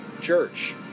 Church